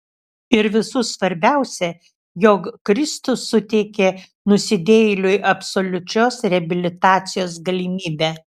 ir visų svarbiausia jog kristus suteikė nusidėjėliui absoliučios reabilitacijos galimybę